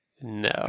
No